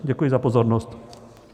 Děkuji za pozornost.